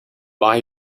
buy